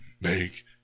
Make